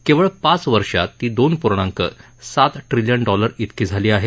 केवळ पाच वर्षात ती दोन पूर्णांक सात ट्रिलियन डॉलर त्रिकी झाली आहे